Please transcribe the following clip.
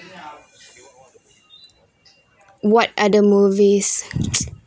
what other movies